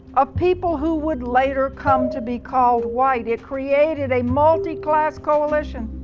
of people who would later come to be called white. it created a multi-class coalition.